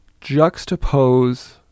juxtapose